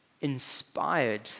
inspired